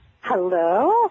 Hello